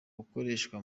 bukoreshwa